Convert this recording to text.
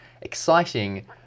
exciting